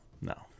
No